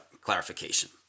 clarification